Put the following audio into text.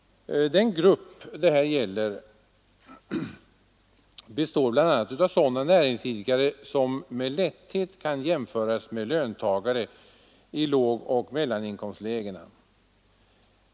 Den grupp det här gäller består bl.a. av sådana näringsidkare som med lätthet kan jämföras med löntagare i lågoch mellaninkomstlägena.